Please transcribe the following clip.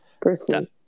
personally